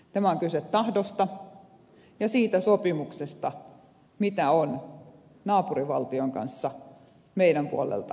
tässä on kyse tahdosta ja siitä sopimuksesta mitä on naapurivaltion kanssa meidän puolelta sovittu